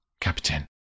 Captain